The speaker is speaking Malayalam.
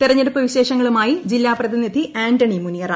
തെരഞ്ഞെടുപ്പ് വിശേഷങ്ങളുമായി ജില്ലാ പ്രതിനിധി ആന്റണി മുനിയറ